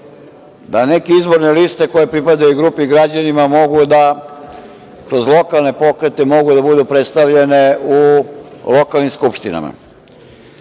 da neke izborne liste koje pripadaju grupi građana mogu da kroz lokalne pokrete mogu da budu predstavljene u lokalnim skupštinama. Ali,